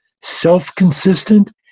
self-consistent